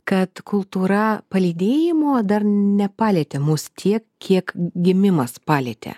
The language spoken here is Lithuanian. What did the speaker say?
kad kultūra palydėjimo dar nepalietė mus tiek kiek gimimas palietė